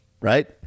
Right